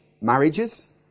marriages